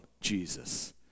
Jesus